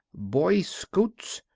boy scouts,